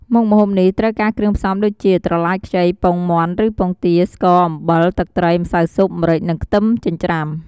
មុខម្ហូបនេះត្រូវការគ្រឿងផ្សំដូចជា ត្រឡាចខ្ចី ពងមាន់ឬពងទា ស្ករ អំបិល ទឹកត្រី ម្សៅស៊ុប ម្រេច និងខ្ទឹមចិញ្រ្ចាំ។